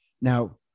now